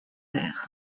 vers